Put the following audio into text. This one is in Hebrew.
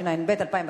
התשע"ב 2011,